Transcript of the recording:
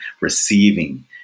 receiving